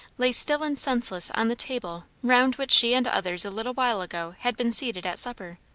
lay still and senseless on the table round which she and others a little while ago had been seated at supper.